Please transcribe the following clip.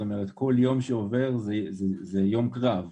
כל יום שעובר זה יום קרב מבחינתנו,